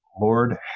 Lord